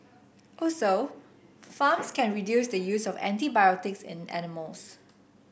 also farms can reduce the use of antibiotics in animals